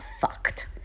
fucked